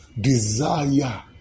desire